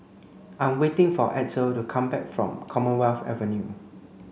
I'm waiting for Edsel to come back from Commonwealth Avenue